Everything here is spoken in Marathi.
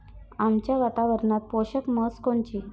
आमच्या वातावरनात पोषक म्हस कोनची?